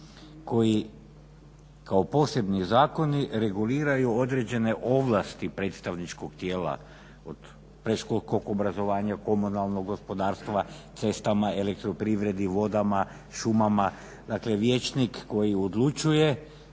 koji kao posebni zakoni reguliraju određene ovlasti predstavničkog tijela od predškolskog obrazovanja, komunalnog gospodarstva, cestama, elektroprivredi, vodama, šumama, dakle vijećnik koji odlučuje,